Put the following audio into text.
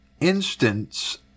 instance